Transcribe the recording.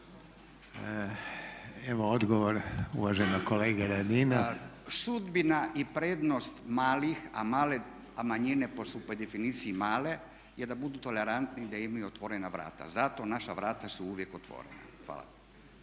Furio (Nezavisni)** Pa sudbina i prednost malih, a manjine su po definiciji male, je da budu tolerantne i da imaju otvorena vrata. Zato naša vrata su uvijek otvorena. Hvala.